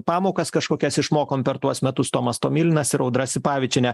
pamokas kažkokias išmokom per tuos metus tomas tomilinas ir audra sipavičienė